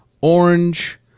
orange